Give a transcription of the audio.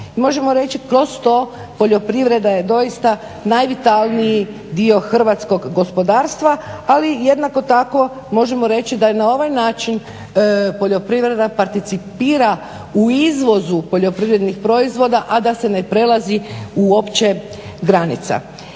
možemo reći kroz to poljoprivreda je doista najvitalniji dio hrvatskog gospodarstva, ali jednako tako možemo reći da je na ovaj način poljoprivreda participira u izvozu poljoprivrednih proizvoda a da se prelazi uopće granica.